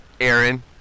Aaron